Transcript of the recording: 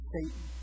Satan